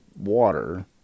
water